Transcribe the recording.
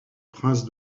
prince